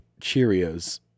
cheerios